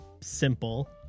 simple